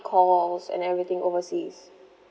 calls and everything overseas